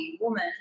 woman